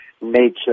nature